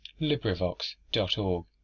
LibriVox.org